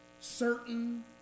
certain